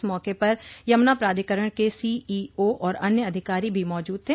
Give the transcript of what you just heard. इस मौके पर यमुना प्राधिकरण के सीईओ और अन्य अधिकारी भी मौजूद थे